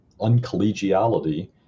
uncollegiality